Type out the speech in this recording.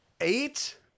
Eight